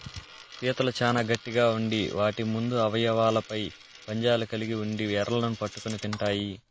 పీతలు చానా గట్టిగ ఉండి వాటి ముందు అవయవాలపై పంజాలు కలిగి ఉండి ఎరలను పట్టుకొని తింటాయి